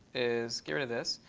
is, get rid of this.